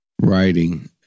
writing